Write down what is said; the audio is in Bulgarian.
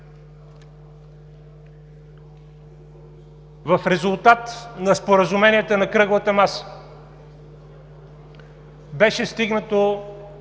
В резултат на споразуменията на кръглата маса беше стигнато